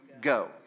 go